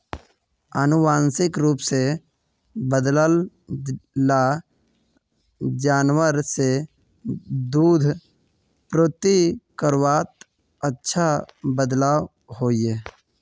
आनुवांशिक रूप से बद्लाल ला जानवर से दूध पूर्ति करवात अच्छा बदलाव होइए